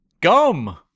Gum